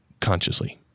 consciously